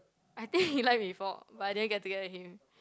I think he like before but I didn't get together with him